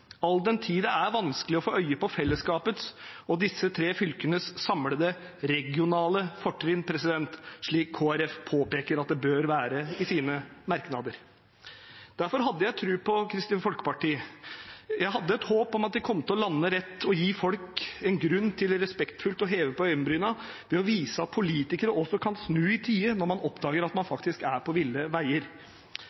all den tid det er vanskelig å få øye på felleskapets og disse tre fylkenes samlede regionale fortrinn, slik Kristelig Folkeparti i sine merknader påpeker at det bør være. Derfor hadde jeg tro på Kristelig Folkeparti. Jeg hadde et håp om at de kom til å lande rett og gi folk en grunn til respektfullt å heve på øyenbrynene ved å vise at politikere også kan snu i tide når man oppdager at man